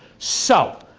so,